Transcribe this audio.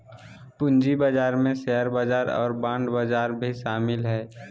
पूँजी बजार में शेयर बजार और बांड बजार भी शामिल हइ